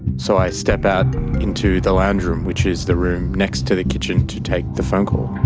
so i step out into the lounge room, which is the room next to the kitchen, to take the phone call.